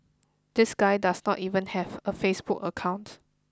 this guy does not even have a Facebook account